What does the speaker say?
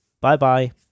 Bye-bye